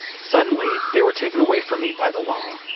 suddenly they were taken away from me by the law.